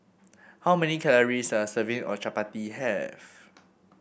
how many calories does a serving of Chapati have